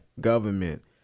government